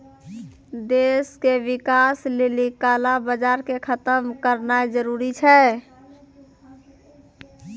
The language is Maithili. देशो के विकास लेली काला बजार के खतम करनाय जरूरी छै